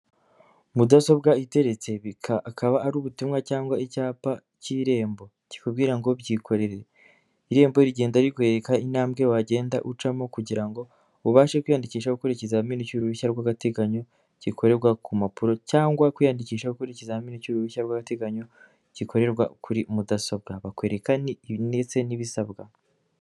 Mudasobwa iteretse, akaba ari ubutumwa cyangwa icyapa cy'Irembo kikubwira ngo byikorere, Irembo rigenda rikwereka intambwe wagenda ucamo kugira ngo ubashe kwiyandikisha gukora ikizamini cy'uruhushya rw'agateganyo gikorerwa ku mpapuro cyangwa kwiyandikisha gukora ikizamini cy'uruhushya rw'agateganyo gikorerwa kuri mudasobwa, bakwereka ndetse n'ibisabwa.